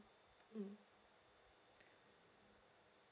mm